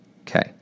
Okay